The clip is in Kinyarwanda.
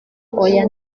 oya